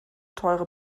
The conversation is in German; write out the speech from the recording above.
teure